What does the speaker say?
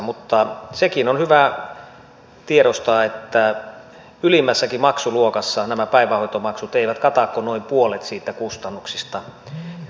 mutta sekin on hyvä tiedostaa että ylimmässäkään maksuluokassa nämä päivähoitomaksut eivät kata kuin noin puolet niistä kustannuksista